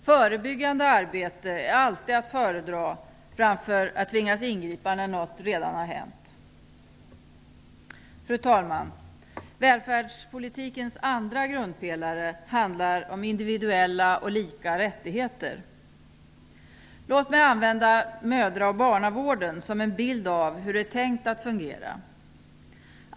Förebyggande arbete är alltid att föredra framför att tvingas ingripa när något redan har hänt. Fru talman! Välfärdspolitikens andra grundpelare handlar om individuella och lika rättigheter. Låt mig använda mödra och barnavården som en bild av hur det är tänkt att fungera.